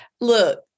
Look